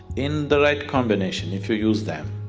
in the right combination if you use them,